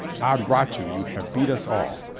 od rot you, you have beat us all.